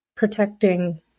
Protecting